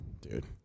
Dude